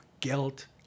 guilt